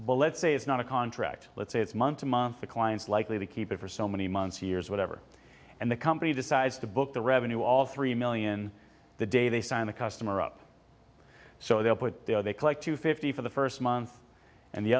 well let's say it's not a contract let's say it's month to month the client's likely to keep it for so many months years whatever and the company decides to book the revenue all three million the day they sign the customer up so they'll put they collect to fifty for the first month and the